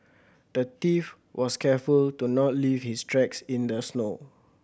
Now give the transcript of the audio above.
the thief was careful to not leave his tracks in the snow